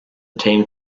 team